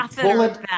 Bullet